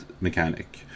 mechanic